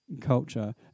culture